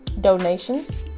donations